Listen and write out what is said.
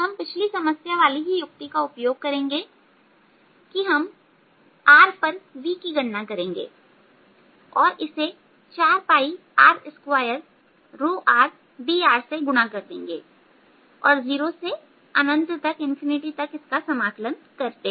हम पिछली समस्या वाली ही युक्ति का उपयोग करेंगे कि हम r पर v की गणना करेंगे और इसे 4r2rdrसे गुणा कर देंगे और 0 से तक इसका समाकलन करते हैं